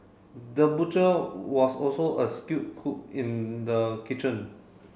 the butcher was also a skilled cook in the kitchen